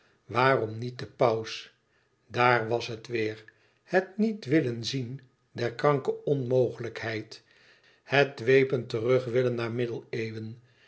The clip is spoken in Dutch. waarom niet de paus daar was het weêr het niet willen zien der kranke onmogelijkheid het dwepend terugwillen naar midden eeuwen